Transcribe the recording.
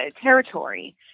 territory